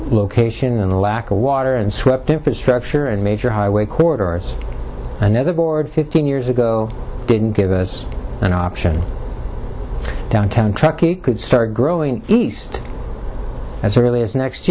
location and the lack of water and swept infrastructure and major highway quarter on another board fifteen years ago didn't give us an option downtown truckee could start growing east as early as next